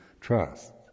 trust